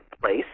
place